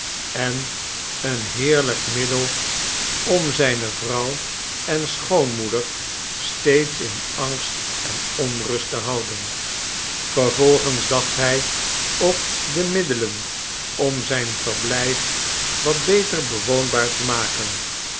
en een heerlijk middel om zijne vrouw en schoonmoeder steeds in angst en onrust te houden vervolgens dacht hij op de middelen om zijn verblijf wat beter bewoonbaar te maken